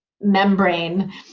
membrane